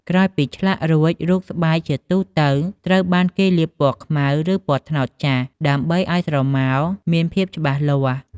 ក្រោយពីឆ្លាក់រួច រូបស្បែកជាទូទៅត្រូវបានគេលាបពណ៌ខ្មៅ ឬពណ៌ត្នោតចាស់ ដើម្បីឱ្យស្រមោលមានភាពច្បាស់ល្អ។